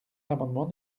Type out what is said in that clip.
l’amendement